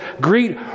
Greet